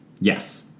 Yes